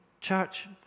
Church